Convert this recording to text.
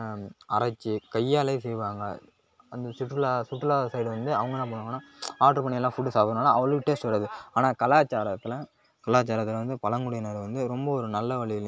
அரைச்சு கையாலேயே செய்வாங்க அந்த சுற்றுலா சுற்றுலா சைடு வந்து அவங்கள்லாம் என்ன பண்ணுவாங்கனா ஆட்ரு பண்ணியெல்லாம் ஃபுட்டு சாப்புடுறனால அவ்வளோ டேஸ்ட் வராது ஆனால் கலாச்சாரத்தில் கலாச்சாரத்தில் வந்து பழங்குடியினர் வந்து ரொம்ப ஒரு நல்ல வழியிலேயும்